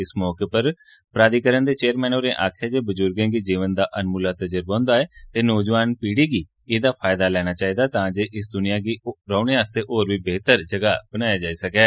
इस मौके उप्पर प्राधिकरण दे चैयरमेन होरें आक्खेआ जे बजुर्गें गी जीवन दा अनमुल्ला तजुर्बा हुन्दा ऐ ते नौजोआन पीढ़ी गी एह्दा फायदा लैने चाहिदा तां जे इस दुनिया गी रौहने आस्तै होर बी बेह्तर बनाया जाई सकै